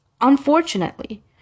unfortunately